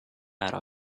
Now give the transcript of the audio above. ära